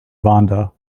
vonda